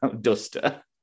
duster